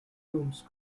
plumes